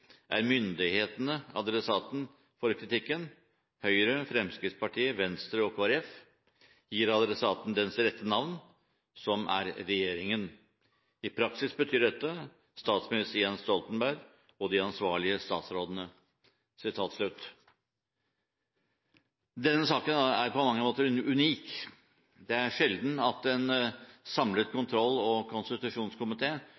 er «myndighetene» adressaten for kritikken. Høyre, Frp, Venstre og KrF gir adressaten dens rette navn, som er regjeringen. I praksis betyr det statsminister Jens Stoltenberg og de ansvarlige statsrådene.» Denne saken er på mange måter unik. Det er sjelden at en samlet